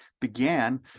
began